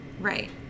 right